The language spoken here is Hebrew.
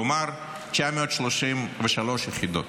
כלומר 933 יחידות.